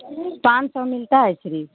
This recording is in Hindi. पाँच सौ मिलता है सिर्फ